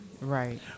right